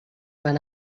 van